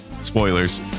spoilers